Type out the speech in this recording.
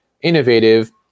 innovative